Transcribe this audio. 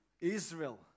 Israel